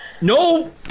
No